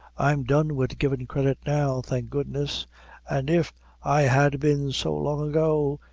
i'm done wid givin' credit now, thank goodness an' if i had been so long ago,